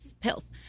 Pills